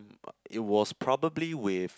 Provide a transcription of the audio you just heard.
it was probably with